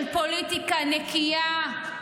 של פוליטיקה נקייה,